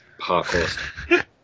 parkour